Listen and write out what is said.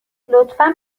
لطفا